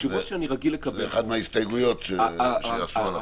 התשובות שאני רגיל לקבל --- זו אחת ההסתייגויות על החוק הזה.